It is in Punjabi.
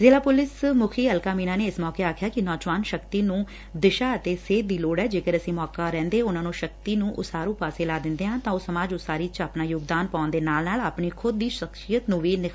ਜ਼ਿਲ੍ਹਾ ਪੁਲਿਸ ਮੁਖੀ ਅਲਕਾ ਮੀਨਾ ਨੇ ਇਸ ਮੌਕੇ ਆਖਿਆ ਕਿ ਨੌਜੁਆਨ ਸ਼ਕਤੀ ਨੰ ਦਿਸ਼ਾ ਅਤੇ ਸੇਧ ਦੀ ਲੋੜ ਹੂੰਦੀ ਐ ਜੇਕਰ ਅਸੀਂ ਮੌਕਾ ਰਹਿੰਦੇ ਉਨੂਾਂ ਦੀ ਸ਼ਕਤੀ ਨੂੰ ਉਸਾਰੁ ਪਾਸੇ ਲਾ ਲੈਂਦੇ ਹਾਂ ਤਾਂ ਉਹ ਸਮਾਜ ਉਸਾਰੀ ਚ ਯੋਗਦਾਨ ਪਾਉਣ ਦੇ ਨਾਲ ਨਾਲ ਆਪਣੀ ਖੁਦ ਦੀ ਸਖਸੀਅਤ ਨੂੰ ਵੀ ਨਿਖਾਰ ਲੈਦੇ ਨੇ